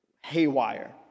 haywire